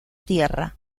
tierra